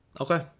Okay